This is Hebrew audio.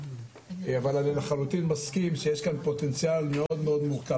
אבל אני לחלוטין מסכים שיש כאן פוטנציאל מאוד מורכב.